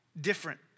different